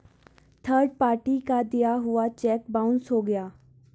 third party का दिया हुआ चेक बाउंस हो गया